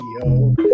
yo